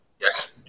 Yes